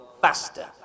faster